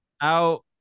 Out